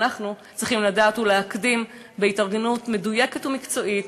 אנחנו צריכים לדעת ולהקדים בהתארגנות מדויקת ומקצועית